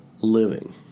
living